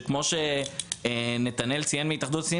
כאשר כמו שנתנאל מהתאחדות התעשיינים